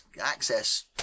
access